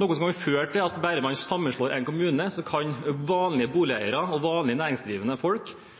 og som kan føre til at bare man sammenslår en kommune, så kan vanlige boligeiere og vanlige næringsdrivende folk